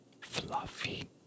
fluffy